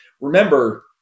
remember